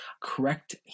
correct